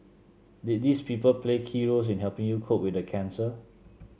did these people play key roles in helping you cope with the cancer